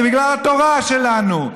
זה בגלל התורה שלנו,